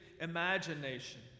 imagination